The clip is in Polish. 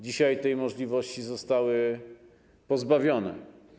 Dzisiaj tej możliwości zostali pozbawieni.